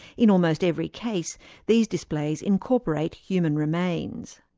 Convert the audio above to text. in almost every case these displays incorporate human remains.